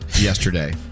yesterday